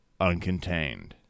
uncontained